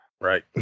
Right